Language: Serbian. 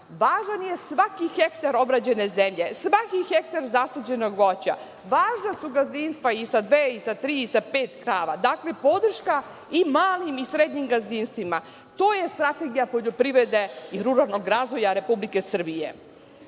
važan je svaki hektar obrađene zemlje, svaki hektar zasađenog voća, važna su gazdinstva i sa dve i sa tri i sa pet krava, dakle, podrška i malim i srednjim gazdinstvima. To je Strategija poljoprivrede i ruralnog razvoja Republike Srbije.